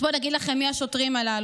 אז בואו אני אגיד לכם מי השוטרים הללו.